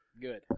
Good